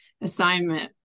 assignment